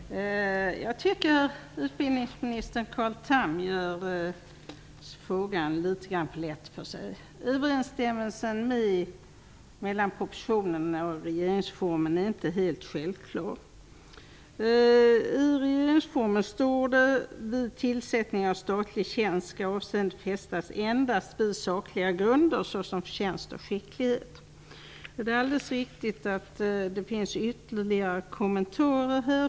Fru talman! Jag tycker utbildningsminister Carl Tham gör frågan litet för lätt för sig. Överensstämmelsen mellan propositionen och regeringsformen är inte helt självklar. "Vid tillsättning av statlig tjänst skall avseende fästas endast vid sakliga grunder, såsom förtjänst och skicklighet." Det är alldeles riktigt att det finns ytterligare kommentarer.